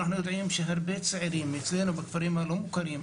אנחנו יודעים שהרבה צעירים אצלנו בכפרים הלא מוכרים,